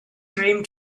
dream